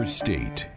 state